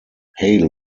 hale